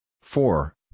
four